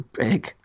big